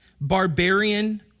barbarian